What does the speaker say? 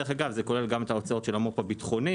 אגב, זה כולל גם הוצאות של המו"פ הביטחוני.